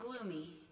gloomy